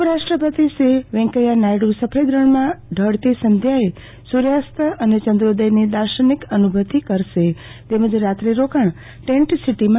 ઉપરાષ્ટ્રપતિ શ્રી વૈકેયા નાયડુ સફેદ રણમાં ઢળતી સંધ્યાએ સુ ર્યાસ્ત અને ચ્કોદયની દાર્શનિક અનુ ભુતિ કરશે તેમજ રાત્રિ રોકાણ ટેન્ટ સીટી્સાં કરશે